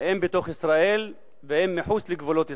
הן בתוך ישראל והן מחוץ לגבולות ישראל.